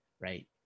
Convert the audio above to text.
right